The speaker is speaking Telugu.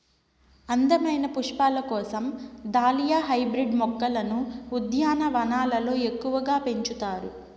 అందమైన పుష్పాల కోసం దాలియా హైబ్రిడ్ మొక్కలను ఉద్యానవనాలలో ఎక్కువగా పెంచుతారు